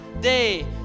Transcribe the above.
day